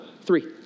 Three